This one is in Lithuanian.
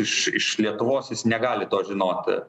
iš iš lietuvos jis negali to žinoti